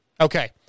Okay